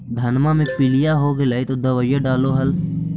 धनमा मे पीलिया हो गेल तो दबैया डालो हल?